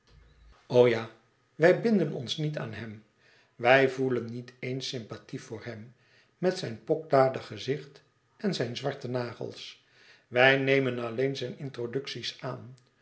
ja wij binden ons niet aan hem wij voelen niet eens sympathie voor hem met zijn pokdalig gezicht en zijn zwarte nagels wij nemen alleen zijn introducties aan